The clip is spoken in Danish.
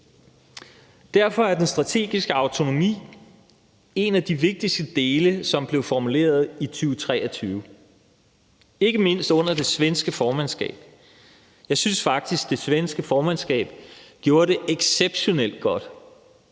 Derfor er den strategiske autonomi en af de vigtigste dele, som blev formuleret i 2023, ikke mindst under det svenske formandskab. Jeg synes faktisk, det svenske formandskab gjorde det exceptionelt godt.